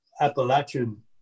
Appalachian